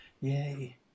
yay